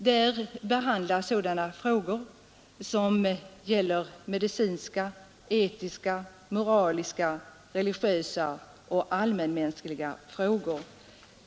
Där behandlas medicinska, etiska, moraliska, religiösa och allmänmänskliga frågor som har samband med döden.